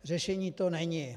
Řešení to není.